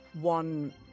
one